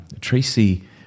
Tracy